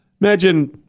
imagine